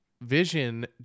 vision